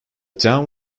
town